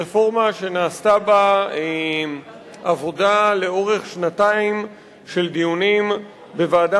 רפורמה שנעשתה בה עבודה לאורך שנתיים של דיונים בוועדה